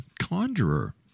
conjurer